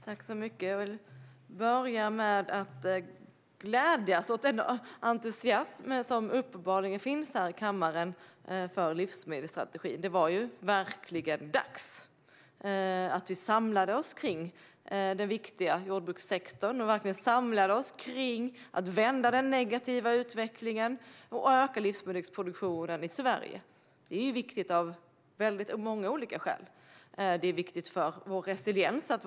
Herr talman! Jag vill börja med att säga att jag gläder mig åt den entusiasm som uppenbarligen finns här i kammaren för livsmedelsstrategin. Det var verkligen dags att vi samlade oss kring den viktiga jordbrukssektorn, kring att vända den negativa utvecklingen och öka livsmedelsproduktionen i Sverige. Det är viktigt av många olika skäl. Det är viktigt för vår resiliens.